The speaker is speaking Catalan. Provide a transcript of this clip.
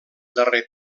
darrer